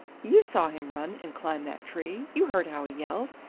you saw him run and climb that tree you heard how he yelled.